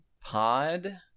pod